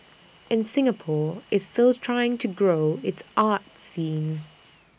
and Singapore is still trying to grow its arts scene